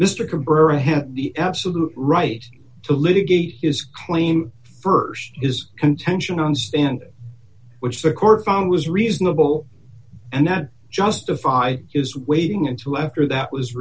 has the absolute right to litigate his claim st his contention on stand which the court found was reasonable and that justified is waiting until after that was